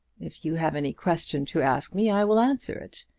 if you have any question to ask me i will answer it.